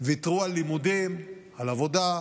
ויתרו על לימודים, על עבודה,